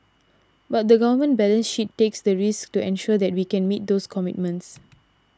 but the Government balance sheet takes the risk to ensure that we can meet those commitments